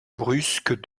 brusque